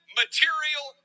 material